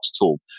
tool